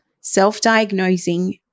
self-diagnosing